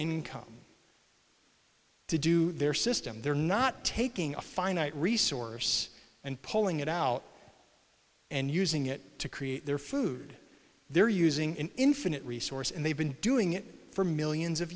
income to do their system they're not taking a finite resource and pulling it out and using it to create their food they're using an infinite resource and they've been doing it for millions of